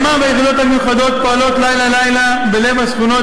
הימ"מ והיחידות המיוחדות פועלות לילה-לילה בלב השכונות